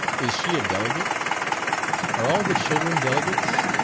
is she a delegate are all the children delegates?